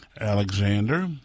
Alexander